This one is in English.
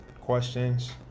questions